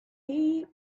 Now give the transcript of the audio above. his